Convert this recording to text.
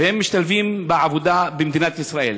והם משתלבים בעבודה במדינת ישראל.